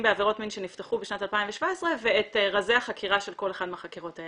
שנפתחו בעבירות מין בשנת 2017 ואת רזי החקירה של כל אחת מהחקירות.